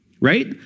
right